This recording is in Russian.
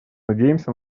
надеемся